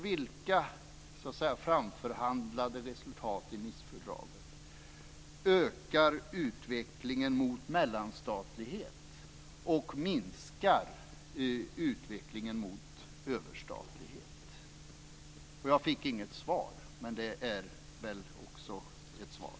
Vilka framförhandlade resultat i Nicefördraget ökar utvecklingen mot mellanstatlighet och minskar utvecklingen mot överstatlighet? Jag fick inget svar. Men det är väl också ett svar.